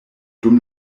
dum